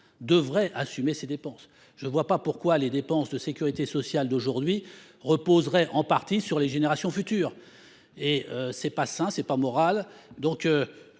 devrait assumer ses propres dépenses ; je ne vois pas pourquoi les dépenses de sécurité sociale d’aujourd’hui reposeraient en partie sur les générations futures : ce n’est ni sain ni moral.